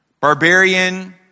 Barbarian